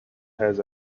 has